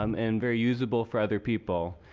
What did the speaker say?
um and very usable for other people.